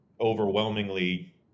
overwhelmingly